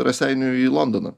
raseinių į londoną